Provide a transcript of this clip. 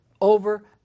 over